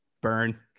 Burn